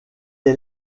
est